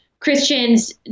Christians